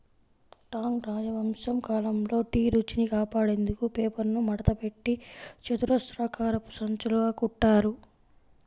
Tang రాజవంశం కాలంలో tea రుచిని కాపాడేందుకు పేపర్ను మడతపెట్టి చతురస్రాకారపు సంచులుగా కుట్టారు